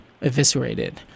eviscerated